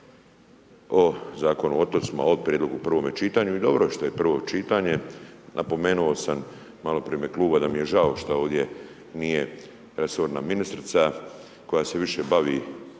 o Zakonu o otocima, o prijedlogu u prvome čitanju i dobro je što je prvo čitanje. Napomenuo sam maloprije u ime kluba da mi je žao što ovdje nije resorna ministrica koja se više bavi